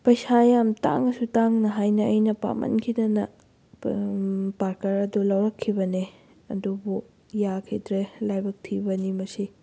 ꯄꯩꯁꯥ ꯌꯥꯝ ꯇꯥꯡꯉꯁꯨ ꯇꯥꯡꯅ ꯍꯥꯏꯅ ꯑꯩꯅ ꯄꯥꯝꯃꯟꯈꯤꯗꯅ ꯄꯥꯀꯔ ꯑꯗꯨ ꯂꯧꯔꯛꯈꯤꯕꯅꯤ ꯑꯗꯨꯕꯨ ꯌꯥꯈꯤꯗ꯭ꯔꯦ ꯂꯥꯏꯕꯛ ꯊꯤꯕꯅꯤ ꯃꯁꯤ